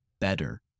better